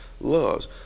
loves